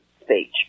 speech